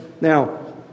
Now